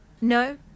No